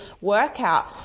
workout